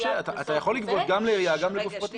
יכול לגבות גם לעירייה וגם לגוף פרטי.